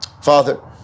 Father